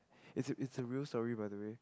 it's a it's a real story by the way